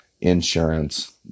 insurance